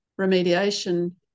remediation